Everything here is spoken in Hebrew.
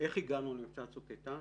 איך הגענו למבצע צוק איתן,